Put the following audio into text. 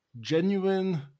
genuine